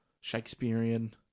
Shakespearean